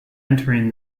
entering